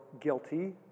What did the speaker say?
guilty